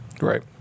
Right